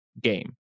game